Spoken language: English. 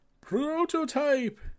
Prototype